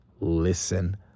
listen